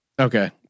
Okay